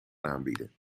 aanbieden